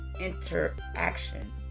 interaction